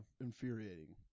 infuriating